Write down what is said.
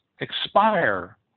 expire